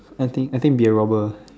I think I think be a robber ah